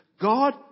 God